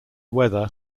weather